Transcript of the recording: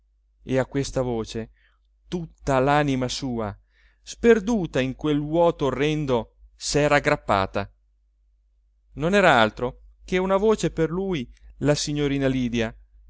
e a questa voce tutta l'anima sua sperduta in quel vuoto orrendo s'era aggrappata non era altro che una voce per lui la signorina lydia